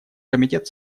комитет